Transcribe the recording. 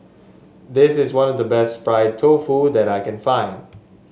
this is one of best Fried Tofu that I can find